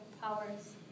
powers